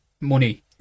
Money